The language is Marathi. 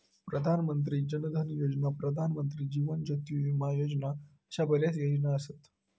प्रधान मंत्री जन धन योजना, प्रधानमंत्री जीवन ज्योती विमा योजना अशा बऱ्याच योजना असत